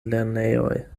lernejoj